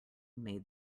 made